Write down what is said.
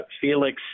Felix